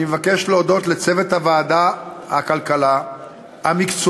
אני מבקש להודות לצוות ועדת הכלכלה המקצועי